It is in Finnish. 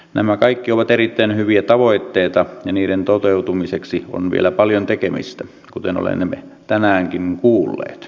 nämä kaikki ovat erittäin hyviä tavoitteita ja niiden toteutumiseksi on vielä paljon tekemistä kuten olemme tänäänkin kuulleet